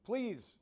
Please